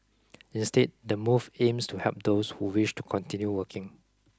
instead the move aims to help those who wish to continue working